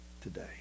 today